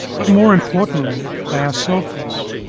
but more importantly, they are selfless.